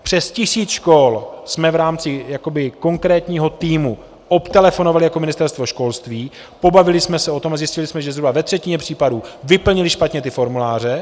Přes tisíc škol jsme v rámci jakoby konkrétního týmu obtelefonovali jako Ministerstvo školství, pobavili jsme se o tom a zjistili jsme, že zhruba ve třetině případů vyplnili špatně ty formuláře.